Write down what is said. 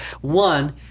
One